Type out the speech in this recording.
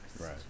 Right